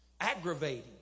Aggravating